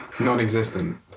non-existent